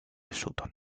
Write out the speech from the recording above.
sutton